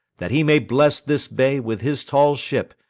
that he may bless this bay with his tall ship,